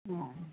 அ